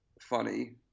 funny